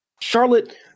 Charlotte